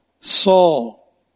Saul